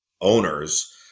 owners